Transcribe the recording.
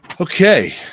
okay